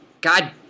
God